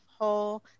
whole